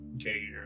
Okay